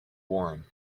warren